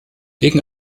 wegen